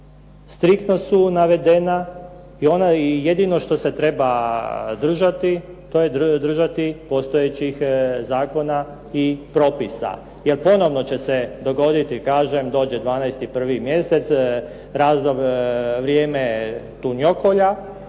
striktno su navedena i ono jedino što se treba držati to je držati postojećih zakona i propisa. Jer ponovno će se dogoditi kažem dođe 12., 1. mjesec vrijeme tunjokolja